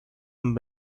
and